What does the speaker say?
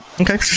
okay